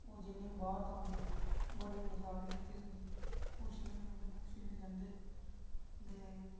इं'या ओह् बाहर दं'ऊ दिन बड़े नज़ारे कीते दे न खुशी कन्नै औंदे न ते खुशी कन्नै जंदे न